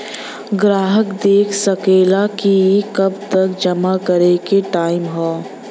ग्राहक देख सकेला कि कब तक जमा करे के टाइम हौ